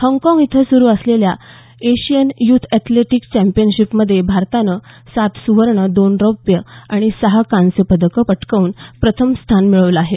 हाँगकाँग इथं सुरू असलेल्या एशियन युथ अॅथलेटिक्स चॅम्पियनशिपमध्ये भारतानं सात सुवर्ण दोन रौप्य आणि सहा कांस्य पदकं पटकावून प्रथम स्थान मिळवलं आहे